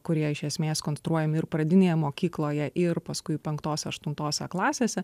kurie iš esmės konstruojami ir pradinėje mokykloje ir paskui penktose aštuntose klasėse